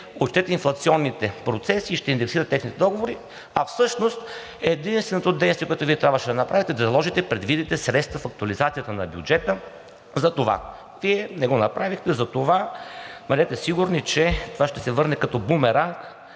отчетете инфлационните процеси и ще индексирате техните договори, а всъщност единственото действие, което Вие трябваше да направите, е да заложите, предвидите средства в актуализацията на бюджета за това. Вие не го направихте, затова бъдете сигурни, че това ще се върне като бумеранг